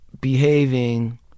behaving